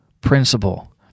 principle